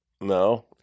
No